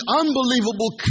unbelievable